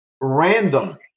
random